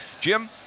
Jim